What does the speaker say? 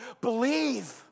believe